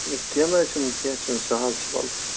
ہے کیٚنٛہہ نہَ حظ چھُنہٕ کیٚنٛہہ چھُنہٕ سہل چھُ وَلہٕ